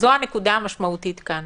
זו הנקודה המשמעותית כאן,